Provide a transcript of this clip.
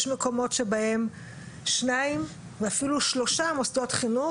יש מקומות שבהם שניים ואפילו שלושה מוסדות חינוך